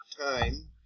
time